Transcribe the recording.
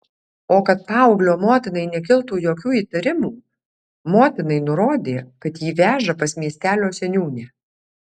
o kad paauglio motinai nekiltų jokių įtarimų motinai nurodė kad jį veža pas miestelio seniūnę